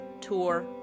tour